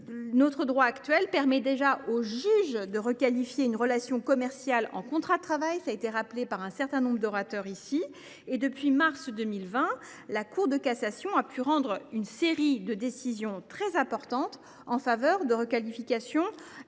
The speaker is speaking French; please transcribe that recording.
le droit en vigueur permet déjà au juge de requalifier une relation commerciale en contrat de travail, comme cela a été rappelé par un certain nombre d’orateurs. Depuis mars 2020, la Cour de cassation a ainsi pu rendre une série de décisions très importantes en faveur de requalifications significatives.